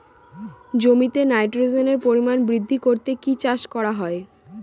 জমিতে নাইট্রোজেনের পরিমাণ বৃদ্ধি করতে কি চাষ করা হয়?